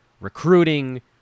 recruiting